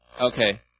okay